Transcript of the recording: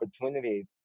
opportunities